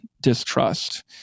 distrust